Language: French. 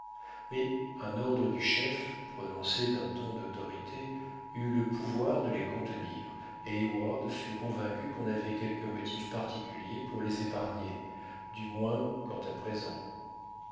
mais un ordre du chef prononcé d'un ton d'autorité eut le pouvoir de les contenir et heyward fut convaincu qu'on avait quelque motif particulier pour les épargner du moins quant à présent